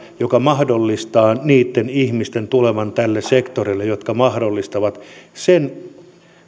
joka mahdollistaa niitten ihmisten tulemisen näille sektoreille jotka mahdollistavat niiden